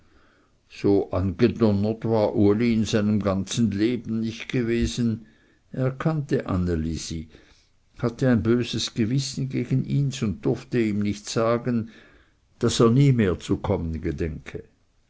so angedonnert war uli in seinem ganzen leben nicht gewesen er kannte anne lisi hatte ein böses gewissen gegen ihns und durfte ihm nicht sagen daß er nie mehr zu kommen gedenke